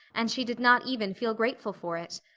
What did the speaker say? and she did not even feel grateful for it.